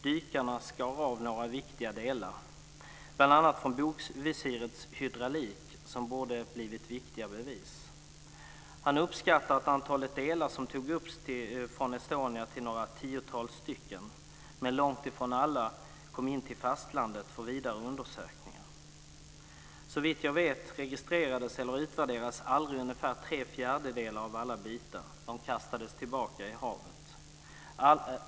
Dykarna skar av några viktiga delar, bl.a. från bogvisirets hydraulik, som borde ha blivit viktiga bevis. Hanuliak uppskattar antalet delar som togs upp från Estonia till något tiotal. Men långt ifrån alla kom in till fastlandet för vidare undersökningar. Såvitt jag vet var det ungefär tre fjärdedelar av alla bitar som aldrig registrerades eller utvärderades, utan de kastades tillbaka i havet.